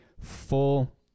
full